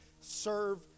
serve